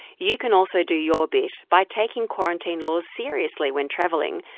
you can also do your bit by taking quarantine laws seriously when travelling,